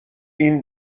این